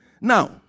Now